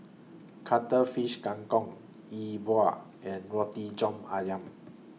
Cuttlefish Kang Kong Yi Bua and Roti John Ayam